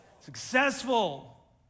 Successful